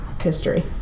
history